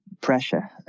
pressure